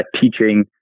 teaching